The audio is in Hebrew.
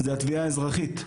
זה התביעה האזרחית,